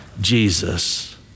Jesus